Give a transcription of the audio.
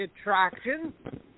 attraction